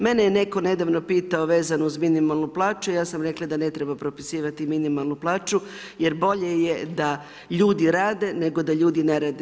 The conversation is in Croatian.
Mene je netko nedavno pitao vezano uz minimalnu plaću, ja sam rekla da ne treba propisivati minimalnu plaću jer bolje je da ljudi rade, nego da ljudi ne rade.